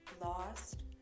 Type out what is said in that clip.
lost